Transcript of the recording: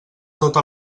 tota